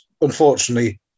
unfortunately